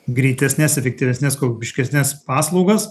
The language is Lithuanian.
greitesnes efektyvesnes kokybiškesnes paslaugas